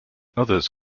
others